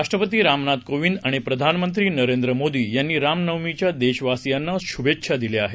राष्ट्रपती रामनाथ कोविंद आणि प्रधानमंत्री नरेंद्र मोदी यांनी रामनवमीच्या देशवासियांना शुभेच्छा दिल्या आहेत